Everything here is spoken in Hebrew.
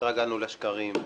התרגלנו לשקרים,